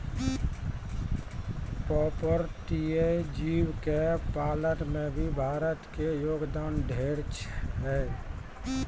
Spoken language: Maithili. पर्पटीय जीव के पालन में भी भारत के योगदान ढेर छै